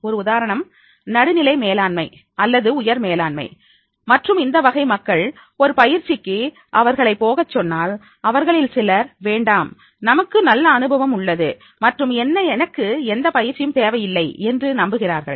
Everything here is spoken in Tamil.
ஒரு உதாரணம் நடுநிலை மேலாண்மை அல்லது உயர் மேலாண்மை மற்றும் இந்த வகை மக்கள் ஒரு பயிற்சிக்கு அவர்களை போகச் சொன்னால் அவர்களில் சிலர் வேண்டாம் நமக்கு நல்ல அனுபவம் உள்ளது மற்றும் எனக்கு எந்த பயிற்சியும் தேவையில்லை என்று நம்புகிறார்கள்